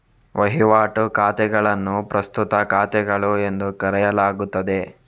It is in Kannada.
ವಹಿವಾಟು ಖಾತೆಗಳನ್ನು ಪ್ರಸ್ತುತ ಖಾತೆಗಳು ಎಂದು ಕರೆಯಲಾಗುತ್ತದೆ